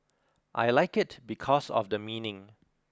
I like it because of the meaning